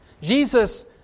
Jesus